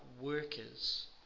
workers